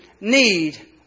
need